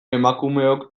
emakumeok